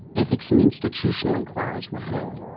ethics and institutional enquires were held.